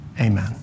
Amen